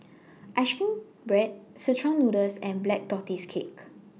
Ice Cream Bread Szechuan Noodle and Black Tortoise Cake